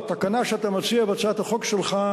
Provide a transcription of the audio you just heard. התקנה שאתה מציע בהצעת החוק שלך,